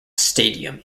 stadium